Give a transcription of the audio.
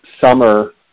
summer